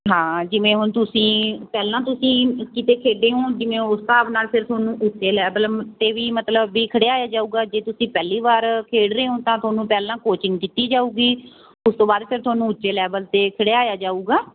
ਹਾਂ ਜਿਵੇਂ ਹੁਣ ਤੁਸੀਂ ਪਹਿਲਾਂ ਤੁਸੀਂ ਕਿਤੇ ਖੇਡੇ ਹੋ ਜਿਵੇਂ ਉਸ ਹਿਸਾਬ ਨਾਲ ਫਿਰ ਤੁਹਾਨੂੰ ਉੱਚੇ ਲੈਵਲ 'ਤੇ ਵੀ ਮਤਲਬ ਵੀ ਖਿਡਾਇਆ ਜਾਊਗਾ ਜੇ ਤੁਸੀਂ ਪਹਿਲੀ ਵਾਰ ਖੇਡ ਰਹੇ ਹੋ ਤਾਂ ਤੁਹਾਨੂੰ ਪਹਿਲਾਂ ਕੋਚਿੰਗ ਦਿੱਤੀ ਜਾਊਗੀ ਉਸ ਤੋਂ ਬਾਅਦ ਫਿਰ ਤੁਹਾਨੂੰ ਉੱਚੇ ਲੈਵਲ 'ਤੇ ਖਿਡਾਇਆ ਜਾਊਗਾ